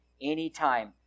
anytime